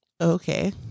Okay